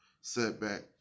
setback